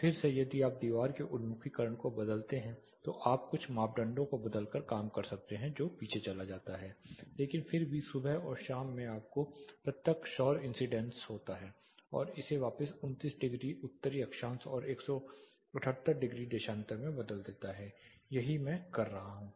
फिर से यदि आप दीवार के उन्मुखीकरण को बदलते हैं तो आप कुछ मापदंडों को बदलकर काम कर सकते हैं जो पीछे चला जाता है लेकिन फिर भी सुबह और शाम में आपको प्रत्यक्ष सौर इंसीडेंस होती है और इसे वापस 29 डिग्री उत्तरी अक्षांश और 178 डिग्री देशांतर में बदल देता है यही मैं कर रहा हूं